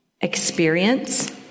experience